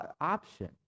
option